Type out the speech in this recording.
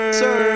sir